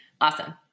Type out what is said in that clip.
Awesome